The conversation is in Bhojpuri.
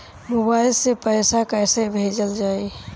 मोबाइल से पैसा कैसे भेजल जाइ?